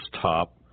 top